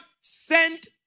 sent